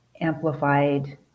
amplified